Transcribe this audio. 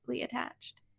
attached